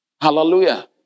Hallelujah